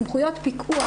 סמכויות פיקוח,